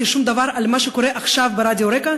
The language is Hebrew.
שום דבר על מה שקורה עכשיו ברדיו רק"ע,